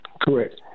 Correct